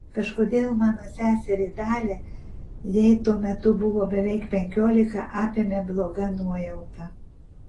kažkodėl mano seserį dalią jai tuo metu buvo beveik penkiolika apėmė bloga nuojauta